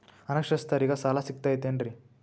ಅನಕ್ಷರಸ್ಥರಿಗ ಸಾಲ ಸಿಗತೈತೇನ್ರಿ?